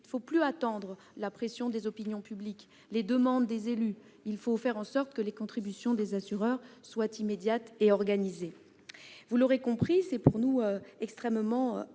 ne plus attendre la pression des opinions publiques et les demandes des élus. Il faut faire en sorte que les contributions des assureurs soient immédiates et organisées. Vous l'aurez compris, mes chers collègues, il est pour nous extrêmement important